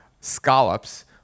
scallops